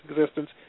existence